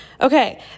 Okay